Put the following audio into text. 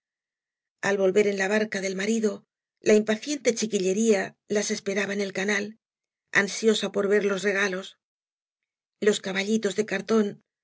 al volver en la barca del marido la impaciente chi quillería las esperaba en el canal ansiosa por ver los regalos los caballitos de cartón